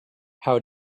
how